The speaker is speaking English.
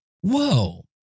whoa